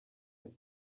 ati